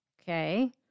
Okay